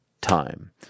Time